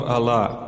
Allah